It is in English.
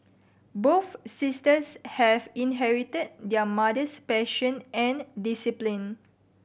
both sisters have inherited their mother's passion and discipline